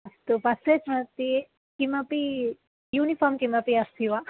अस्तु first press नास्ति किमपि यूनिफ़ाम् किमपि अस्ति वा